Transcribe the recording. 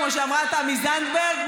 כמו שאמרה תמי זנדברג,